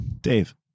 Dave